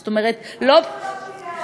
זאת אומרת, לא, אפילו לא פקידי האוצר.